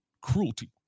cruelty